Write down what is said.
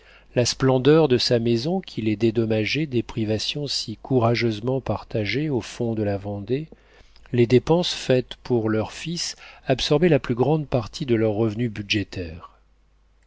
la splendeur de sa maison qui les dédommageait des privations si courageusement partagées au fond de la vendée les dépenses faites pour leurs fils absorbaient la plus grande partie de leur revenu budgétaire